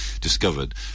discovered